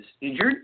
injured